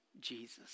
Jesus